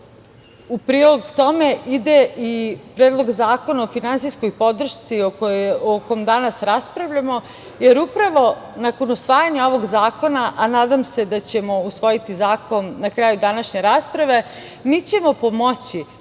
u prilog tome ide i Predlog zakona o finansijskoj podršci, o kojom danas raspravljamo, jer upravo nakon usvajanja ovog zakona, a nadam se da ćemo usvojiti zakon na kraju današnje rasprave, mi ćemo pomoći